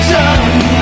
done